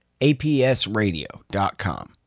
apsradio.com